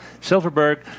Silverberg